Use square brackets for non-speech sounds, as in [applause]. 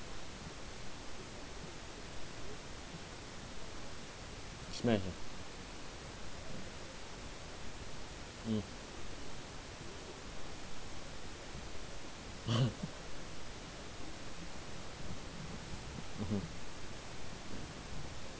mm [laughs] mmhmm